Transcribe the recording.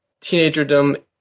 teenagerdom